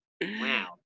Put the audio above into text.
Wow